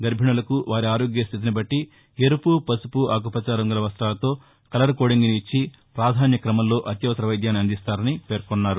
గర్భిణులకు వారి ఆరోగ్య స్టితినిబట్టి ఎరుపు వసుపు ఆకుపచ్చ రంగుల వస్తాలతో కలర్ కోడింగ్ను ఇచ్చి పాధాన్య కమంలో అత్యవసర వైద్యాన్ని అందిస్తారని పేర్కొన్నారు